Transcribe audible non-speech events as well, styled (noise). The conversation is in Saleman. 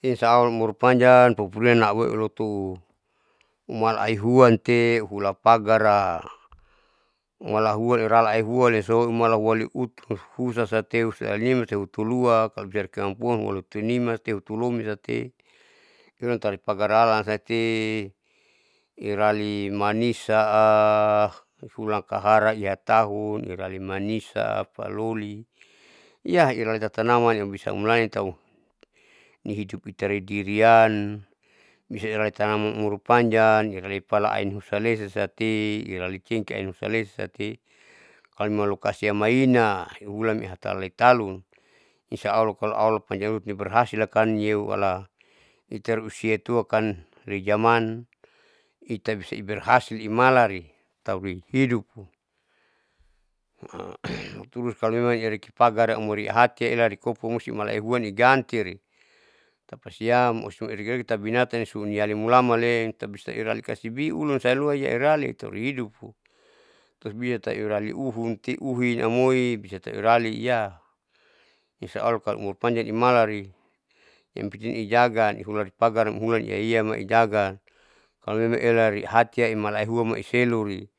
Unsya allah umurpanjang pupurina auwu loto humal aihuan tehula pagaraa malaihuan airara ihuan teso humalauralihuan husatati husanima luhutulua kalobisa huhamuan loto rima hutulomi tati sulan tarik pagar alante irali manisaa hulan kahara iatalun irali manisa apaloli hiya irali tatanama amulanin tahu lihidup itareidirian, bisalirali tanaman umurpanjang irai pala aihusa esati iralin cengkeh ain husalesa tikalomemang lokasiam maina ahulan teataloi talun insya allah kalo allah panjang umur auberhasilkan nieu ala itareusia tuakan rijaman itai bisa berhasil imalan tauri hidu, (hesitation) (noise) terus kalo nihuma iareki pagari amori hati erali kopu musti mala ahiuan niganti, tapasiam usuirekireki taubinatan nisu niali mulaman le itabisa irali kasibi ulun sarua bisa iralin taurihidup kasbi tauirali uhu uhunte huin amoi bisatu irali iyah, insya allah kalo iumur panjang amalan yang penting ijaga hularipagar hulan lialia maijaga kalomemang elarihatia imalahua maiisaeluri